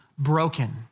broken